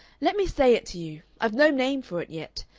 let me say it to you. i've no name for it yet.